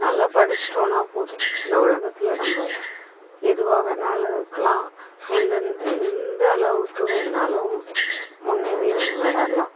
நல்லா படிச்சிட்டோம்னா போதும் இந்த உலகத்தில் நம்ம எதுவாக வேணாலும் இருக்கலாம் எந்த எந்த அளவுக்கு வேணாலும் முன்னேறி வரலாம்